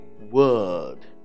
word